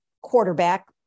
quarterback